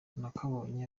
nakabonye